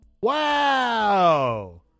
Wow